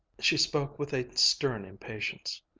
she spoke with a stern impatience.